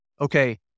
okay